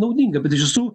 naudinga bet iš tiesų